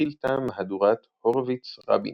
מכילתא מהדורת הורוביץ-רבין.